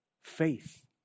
faith